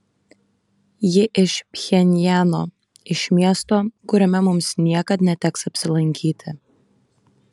ji iš pchenjano iš miesto kuriame mums niekad neteks apsilankyti